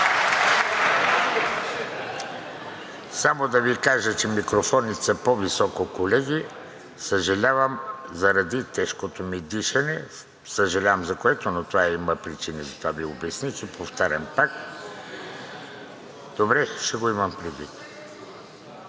Само да Ви кажа, че микрофоните са по-високо, колеги. Съжалявам заради тежкото ми дишане, съжалявам за което, но това има причини. Затова Ви обясних и повтарям пак. Добре, ще го имам предвид.